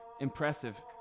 impressive